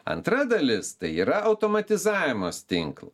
antra dalis tai yra automatizavimas tinklo